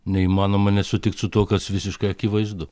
neįmanoma nesutikti su tuo kas visiškai akivaizdu